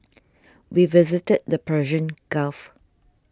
we visited the Persian Gulf